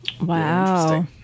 Wow